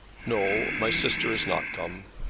no my sister is not come.